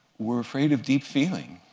we're afraid of deep feeling.